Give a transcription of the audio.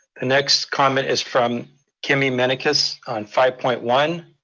the next comment is from kimmy menakis on five point one,